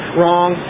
wrong